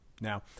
Now